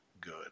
good